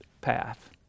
path